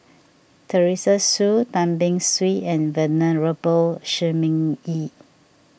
Teresa Hsu Tan Beng Swee and Venerable Shi Ming Yi